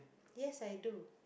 yes I do